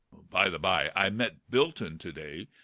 by the bye, i met bilton to-day,